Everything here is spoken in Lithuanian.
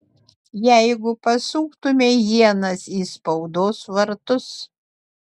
jeigu pasuktumei ienas į spaudos vartus